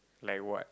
like what